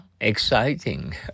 exciting